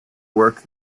work